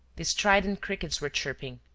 the strident crickets were chirping.